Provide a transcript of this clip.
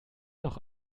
noch